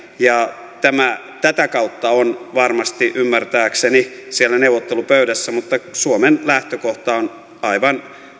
ja tätä kautta tämä on varmasti ymmärtääkseni siellä neuvottelupöydässä mutta suomen lähtökohta on aivan